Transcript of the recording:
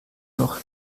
noch